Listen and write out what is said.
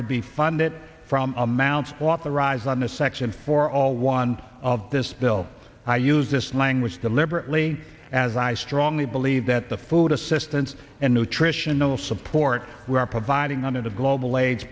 to be funded from amounts authorized on a section for all one of this bill i use this language deliberately as i strongly believe that the food assistance and nutritional support we are providing on a global a